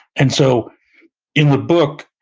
and so in the book,